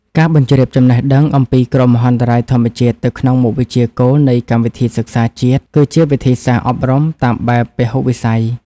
ការបញ្ជ្រាបចំណេះដឹងអំពីគ្រោះមហន្តរាយធម្មជាតិទៅក្នុងមុខវិជ្ជាគោលនៃកម្មវិធីសិក្សាជាតិ គឺជាវិធីសាស្ត្រអប់រំតាមបែបពហុវិស័យ។